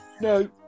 No